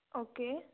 okay